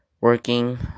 working